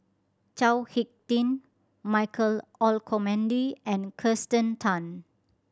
Chao Hick Tin Michael Olcomendy and Kirsten Tan